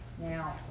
Now